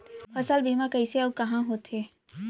फसल बीमा कइसे अऊ कहाँ होथे?